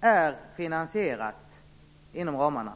är finansierat inom ramarna.